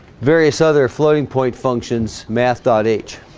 various other floating-point functions math dot h